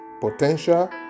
potential